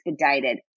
expedited